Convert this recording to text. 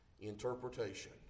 interpretation